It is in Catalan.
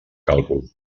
càlcul